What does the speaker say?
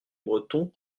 bretons